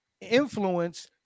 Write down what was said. influence